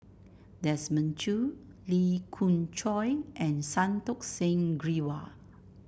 Desmond Choo Lee Khoon Choy and Santokh Singh Grewal